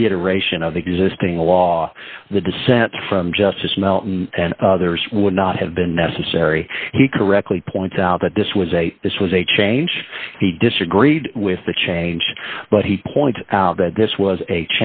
reiteration of the existing law the dissent from justice melton and others would not have been necessary he correctly points out that this was a this was a change he disagreed with the change but he pointed out that this was a